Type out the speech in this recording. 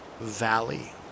valley